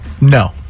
No